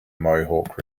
mohawk